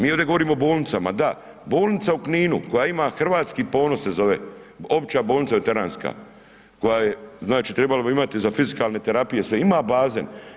Mi ovdje govorimo o bolnicama, da, bolnica u Kninu, koja ima hrvatski ponos, se zove, opća bolnica veteranska, koja trebala bi imati za fizikalne terapije se ima baze.